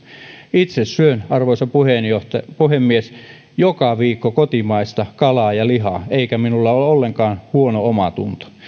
itse syön arvoisa puhemies joka viikko kotimaista kalaa ja lihaa eikä minulla ole ollenkaan huono omatunto